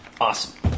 Awesome